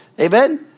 Amen